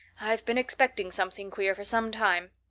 i've been expecting something queer for some time.